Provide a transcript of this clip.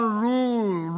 rule